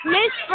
Miss